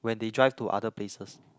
when they drive to other places